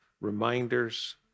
reminders